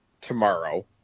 tomorrow